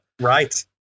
Right